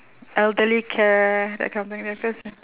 elderly care that kind of thing because